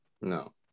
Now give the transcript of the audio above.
No